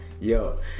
Yo